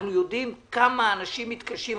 אנחנו יודעים כמה האנשים מתקשים,